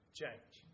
change